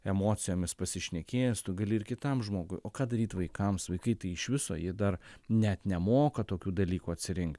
emocijomis pasišnekėjęs tu gali ir kitam žmogui o ką daryt vaikams vaikai tai iš viso jie dar net nemoka tokių dalykų atsirink